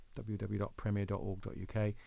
www.premier.org.uk